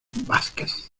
vásquez